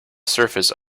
surface